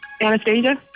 Anastasia